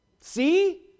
See